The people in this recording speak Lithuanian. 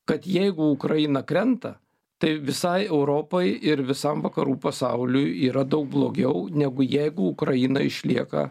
kad jeigu ukraina krenta tai visai europai ir visam vakarų pasauliui yra daug blogiau negu jeigu ukraina išlieka